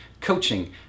coaching